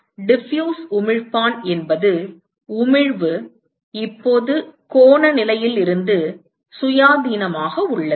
diffuse உமிழ்ப்பான் என்பது உமிழ்வு இப்போது கோண நிலையில் இருந்து சுயாதீனமாக உள்ளது